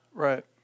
Right